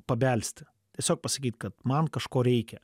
pabelsti tiesiog pasakyt kad man kažko reikia